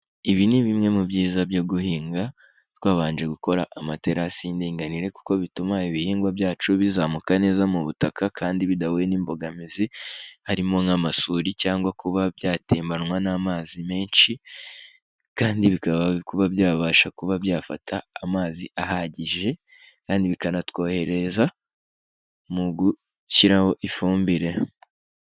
Ibi ni bimwe mu byiza byo guhinga twabanje gukora amaterasi y'inganire, kuko bituma ibihingwa byacu bizamuka neza mu butaka kandi bidahuye n'imbogamizi, harimo nk'amasuri cyangwa kuba byatembanywa n'amazi menshi, kandi bikabasha kuba byabasha kuba byafata amazi ahagije, kandi bikanatworohereza mu gushyiraho ifumbire.